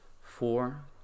four